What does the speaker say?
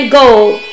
gold